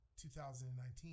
2019